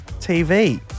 TV